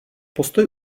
postoj